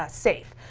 ah safe.